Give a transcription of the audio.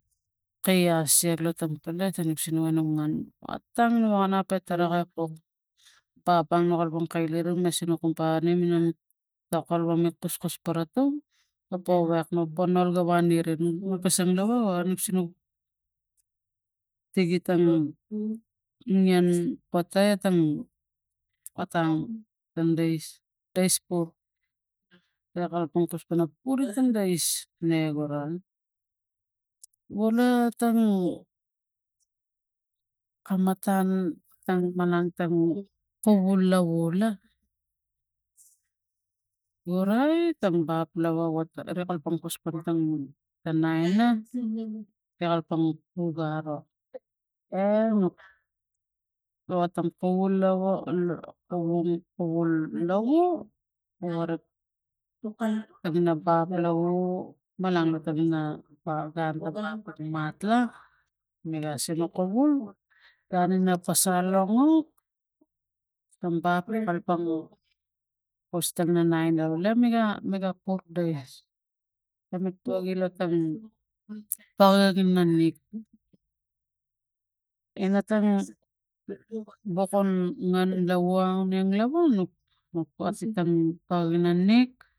Kaia sak la ta palet enuk sinuk enuk ngan atang nu wok anap e tara kanap i kuk ba na nuk kalapang kai laram sinuk i parong ina nuk ta kalapang inuk kuskus para tumg no powek nuk panal ga wa ner ek no pasal lava o nuk sinuk tigi tang ngian pote etang otang tam dais, dais kur ra kalapang kus pana pul utung dais ne gura wula tang kam matang matang manang tang kuvi lavo la orait tam bap lava wataa ri kalapang kus para tang ta naina we kalapang ku ga aro e nu atang kuvul lavu wara tangin la bap lavu manang lo tongina gun ta bap ta matla mega sinuk kuvul ian ina pasal longok tam bap me kalapang kus tana naina wa mega mega pop dai kam mek tuagi la tang pagek ina nik ina tang bokan ngan la wang ngian lava nuk wa tikean pa ina nik.